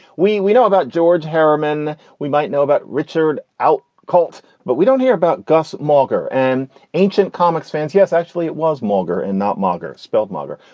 we we know about george herriman. we might know about richard out cult, but we don't hear about gus mauger and ancient comics fans. yes, actually, it was mauger and not monga spelled mugger.